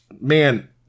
Man